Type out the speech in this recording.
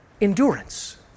endurance